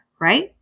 right